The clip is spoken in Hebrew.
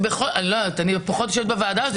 אני פחות יושבת בוועדה הזאת.